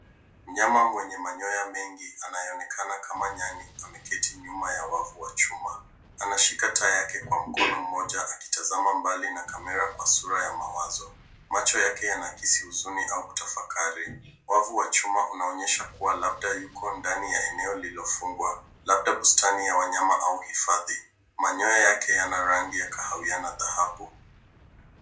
Mnyama mwenye manyoya mengi anayeonekana kama nyani ameketi nyuma ya wavu wa chuma. Anashika taa yake kwa mkono mmoja akitazama mbali na kamera kwa sura ya mawazo. Macho yake yanahisi huzuni au kutafakari. Wavu wa chuma unaonyesha kuwa labda yuko ndani ya eneo lililofungwa labda bustani ya wanyama au hifadhi. Manyoya yake yana rangi ya kahawia na dhahabu.